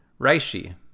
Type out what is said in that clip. Reishi